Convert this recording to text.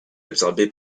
absorbé